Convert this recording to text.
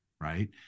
Right